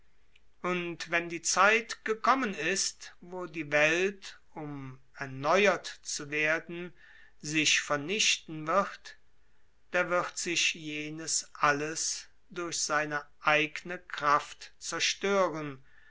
und wenn die zeit gekommen ist wo die welt um erneuert zu werden sich vernichten wird da wird sich jenes alles durch seine eigne kraft zerstören